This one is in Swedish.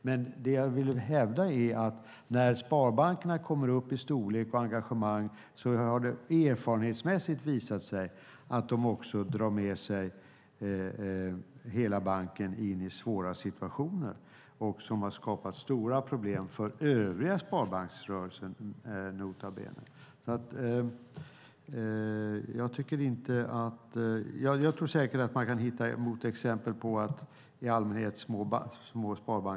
Men det jag vill hävda är att när sparbankerna kommer upp i storlek och engagemang har det erfarenhetsmässigt visat sig att de också drar med sig hela banken in i svåra situationer som har skapat stora problem för övriga sparbanksrörelsen - nota bene. Jag tror säkert att man kan hitta motexempel på att små sparbanker i allmänhet är okej.